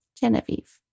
Genevieve